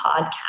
podcast